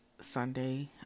sunday